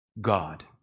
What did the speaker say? God